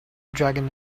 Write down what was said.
dragon